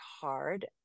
hard